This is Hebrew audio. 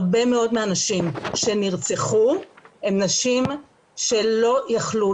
הרבה מאוד מהנשים שנרצחו הן נשים שלא יכלו,